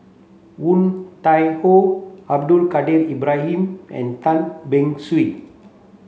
Woon Tai Ho Abdul Kadir Ibrahim and Tan Beng Swee